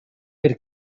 per